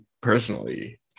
personally